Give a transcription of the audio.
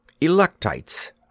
Electites